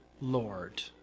Lord